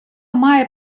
має